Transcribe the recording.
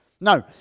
No